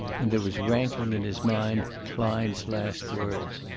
and there was rankling in his mind klein's last words.